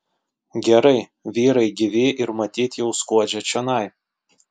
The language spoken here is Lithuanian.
gerai vyrai gyvi ir matyt jau skuodžia čionai